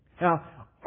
Now